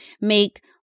make